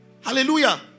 Hallelujah